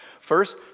First